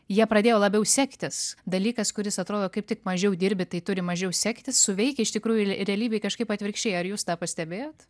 jie pradėjo labiau sektis dalykas kuris atrodo kaip tik mažiau dirbi tai turi mažiau sektis suveikia iš tikrųjų realybėj kažkaip atvirkščiai ar jūs tą pastebėjot